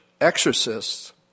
exorcists